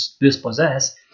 dispossess